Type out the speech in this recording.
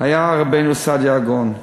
היה רבנו סעדיה גאון,